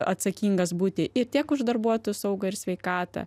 atsakingas būti ir tiek už darbuotojų saugą ir sveikatą